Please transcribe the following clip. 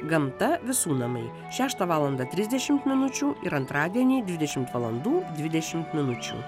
gamta visų namai šeštą valandą trisdešimt minučių ir antradienį dvidešimt valandų dvidešimt minučių